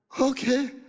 Okay